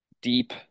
deep